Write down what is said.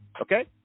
Okay